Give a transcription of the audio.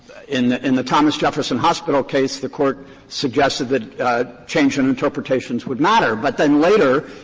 in the in the thomas jefferson hospital case, the court suggested that change in interpretations would matter, but then later,